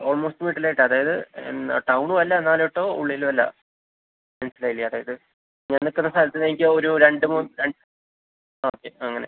almost മിഡിലായിട്ട് അതായത് എന്നാൽ ടൗണുമല്ല എന്നാലൊട്ട് ഉള്ളിലുവല്ല മനസിലായില്ലേ അതായത് ഞാൻ നിൽക്കുന്ന സ്ഥലത്തീന്നെനിക്ക് രണ്ട് മൂന്ന് രണ്ട് ആ ഓക്കെ അങ്ങനെ